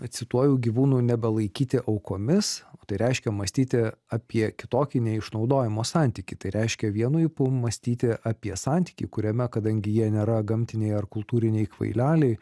cituoju gyvūnų nebelaikyti aukomis o tai reiškia mąstyti apie kitokį neišnaudojimo santykį tai reiškia vienu ypu mąstyti apie santykį kuriame kadangi jie nėra gamtiniai ar kultūriniai kvaileliai